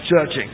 judging